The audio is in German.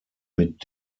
mit